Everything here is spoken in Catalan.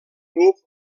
club